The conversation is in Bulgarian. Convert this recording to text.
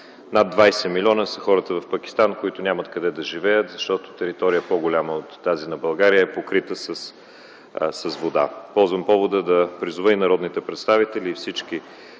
над 20 милиона са хората в Пакистан, които нямат къде да живеят, защото територия, по-голяма от тази на България, е покрита с вода. Ползвам повода да призова и народните представители, и всички